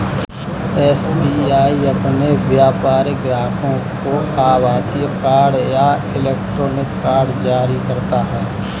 SBI अपने व्यापारिक ग्राहकों को आभासीय कार्ड या इलेक्ट्रॉनिक कार्ड जारी करता है